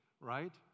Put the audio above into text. right